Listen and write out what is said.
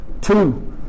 two